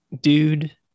dude